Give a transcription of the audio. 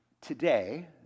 today